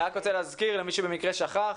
אני רוצה להזכיר, למי שבמקרה שכח,